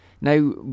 Now